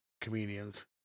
comedians